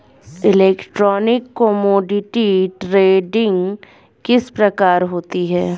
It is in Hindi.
इलेक्ट्रॉनिक कोमोडिटी ट्रेडिंग किस प्रकार होती है?